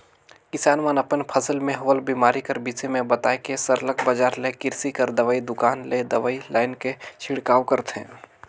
किसान मन अपन फसिल में होवल बेमारी कर बिसे में बताए के सरलग बजार ले किरसी कर दवई दोकान ले दवई लाएन के छिड़काव करथे